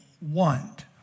want